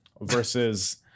versus